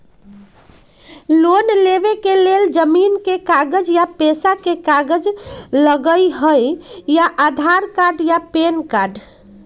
Loan लेवेके लेल जमीन के कागज या पेशा के कागज लगहई या आधार कार्ड या पेन कार्ड?